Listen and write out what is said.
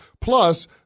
Plus